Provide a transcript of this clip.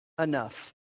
enough